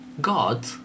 god